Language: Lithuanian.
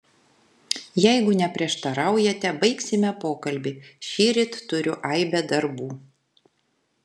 jeigu neprieštaraujate baigsime pokalbį šįryt turiu aibę darbų